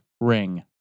ring